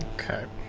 curb